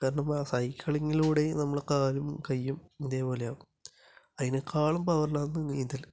കാരണം ആ സൈക്കിളിങ്ങിലൂടെയും നമ്മളുടെ കാലും കൈയും ഇതേ പോലെ ആകും അതിനെക്കാളും പവറിലാണ് നീന്തല്